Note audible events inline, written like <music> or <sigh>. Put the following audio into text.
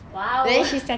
!wow! <breath>